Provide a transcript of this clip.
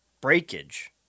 breakage